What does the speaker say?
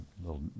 little